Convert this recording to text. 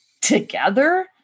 together